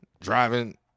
driving